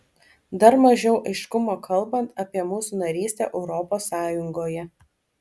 dar mažiau aiškumo kalbant apie mūsų narystę europos sąjungoje